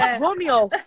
Romeo